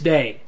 Day